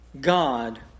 God